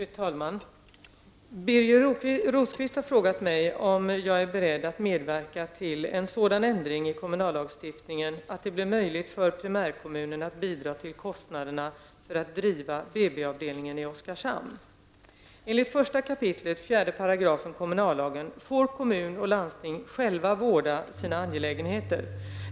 Fru talman! Birger Rosqvist har frågat mig om jag är beredd att medverka till en sådan ändring i kommunallagstiftningen att det blir möjligt för primärkommunen att bidra till kostnaderna för att driva BB-avdelningen i Oskarshamn. Enligt 1 kap. 4 § kommunallagen får kommun och landsting själva vårda sina angelägenheter.